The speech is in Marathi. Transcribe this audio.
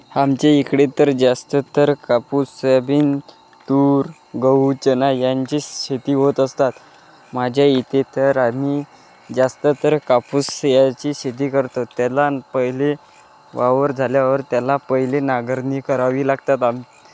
आमच्या इकडे तर जास्त तर कापूस सोयाबीन तूर गहू चणा यांचीच शेती होत असतात माझ्या इथे तर आम्ही जास्त तर कापूस याची शेती करतो त्याला पहिले वावर झाल्यावर त्याला पहिले नांगरणी करावी लागतात आम